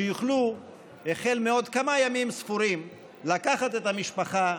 שיוכלו החל מעוד כמה ימים לקחת את המשפחה,